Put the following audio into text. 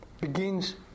begins